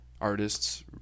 artists